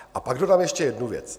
A pak dodám ještě jednu věc.